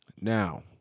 Now